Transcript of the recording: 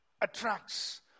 attracts